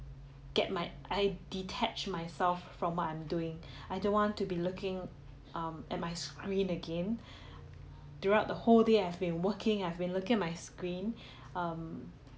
get my I detach myself from what I'm doing I don't want to be looking at my screen again throughout the whole day I have been working I've been looking at my screen um